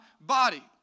body